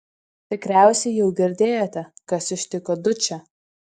tikriausiai jau girdėjote kas ištiko dučę